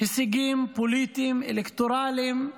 הישגים פוליטיים, אלקטורליים,